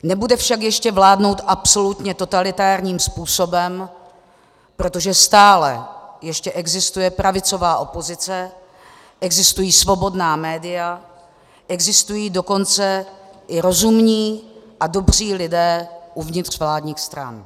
Nebude však ještě vládnout absolutně totalitárním způsobem, protože stále ještě existuje pravicová opozice, existují svobodná média, existují dokonce i rozumní a dobří lidé uvnitř vládních stran.